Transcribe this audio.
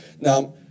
Now